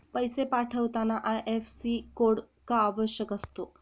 पैसे पाठवताना IFSC code का आवश्यक असतो?